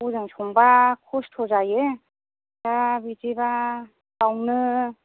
हजों संबा खस्थ' जायो दा बिदिबा बेयावनो